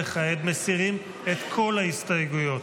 וכעת מסירים את כל ההסתייגויות.